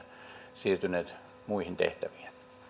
siirtyneet muihin tehtäviin